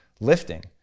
lifting